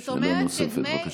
שאלה נוספת, בבקשה.